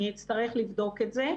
אני אצטרך לבדוק את זה.